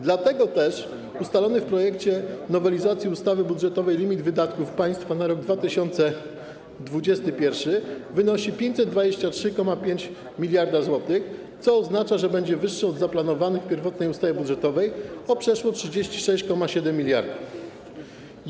Dlatego też ustalony w projekcie nowelizacji ustawy budżetowej limit wydatków państwa na rok 2021 wynosi 523,5 mld zł, co oznacza, że będzie wyższy od zaplanowanego w pierwotnej ustawie budżetowej o przeszło 36,7 mld zł.